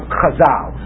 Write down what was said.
Chazal